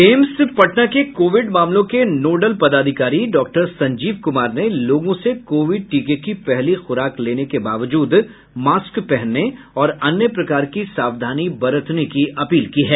AIIMS Patna के Covid मामलों के नोडल पदाधिकारी डॉक्टर संजीव कुमार ने लोगों से कोविड टीके की पहली खुराक लेने के बावजूद मास्क पहनने और अन्य प्रकार की सावधानी बरतने की अपील की है